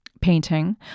painting